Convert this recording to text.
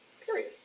period